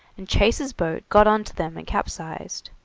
and chase's boat got on to them and capsized.